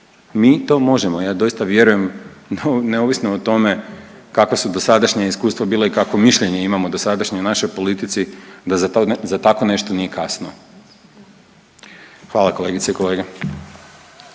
Mi to možemo, ja doista vjerujem neovisno o tome kakva su dosadašnja iskustva bila i kakvo mišljenje imamo dosadašnje u našoj politici da za takvo nešto nije kasno. Hvala kolegice i kolege.